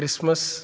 Christmas